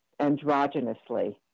androgynously